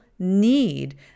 need